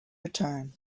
return